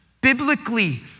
Biblically